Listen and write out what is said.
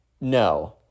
No